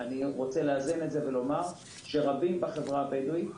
אני רוצה לאזן ולומר שרבים בחברה הבדואית